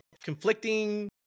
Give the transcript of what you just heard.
conflicting